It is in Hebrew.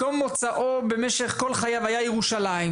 מקום מוצאו במשך כל חייו היה ירושלים,